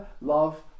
love